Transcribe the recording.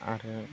आरो